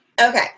Okay